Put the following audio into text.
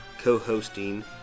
co-hosting